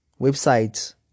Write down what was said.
websites